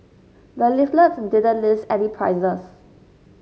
the leaflet didn't list any prices